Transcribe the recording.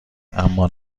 اما